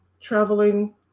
traveling